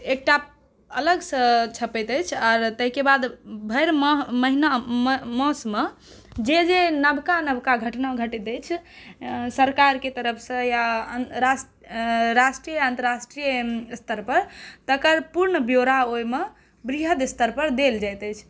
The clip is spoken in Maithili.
एकटा अलगसँ छपैत अछि आर ताहि के बाद भरि माह महिना मास मे जे जे नवका नवका घटना घटैत अछि सरकारके तरफसँ या राष्ट्रीय अन्तर्राष्ट्रीय स्तर पर तकर पूर्ण ब्यौरा ओहि मे वृहद स्तर पर देल जाइत अछि